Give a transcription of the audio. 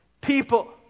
people